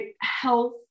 health